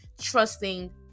trusting